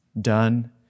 done